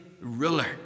ruler